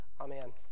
Amen